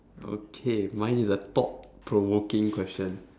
okay mine is a thought provoking question